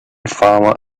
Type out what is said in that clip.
farmer